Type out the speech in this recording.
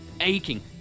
aching